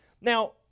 Now